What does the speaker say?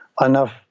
enough